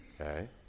Okay